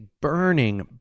burning